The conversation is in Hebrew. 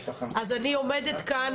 אז אני עומדת כאן